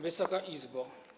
Wysoka Izbo!